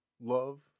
love